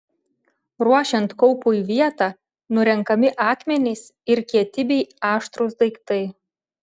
ruošiant kaupui vietą nurenkami akmenys ir kieti bei aštrūs daiktai